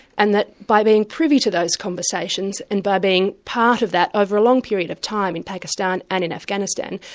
and that by being privy to those conversations and by being part of that over a long period of time in pakistan, and in afghanistan,